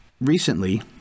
recently